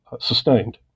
sustained